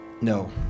No